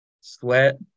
sweat